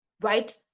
Right